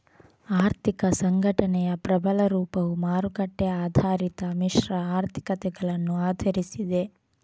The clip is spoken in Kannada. ಆರ್ಥಿಕ ಸಂಘಟನೆಯ ಪ್ರಬಲ ರೂಪವು ಮಾರುಕಟ್ಟೆ ಆಧಾರಿತ ಮಿಶ್ರ ಆರ್ಥಿಕತೆಗಳನ್ನು ಆಧರಿಸಿದೆ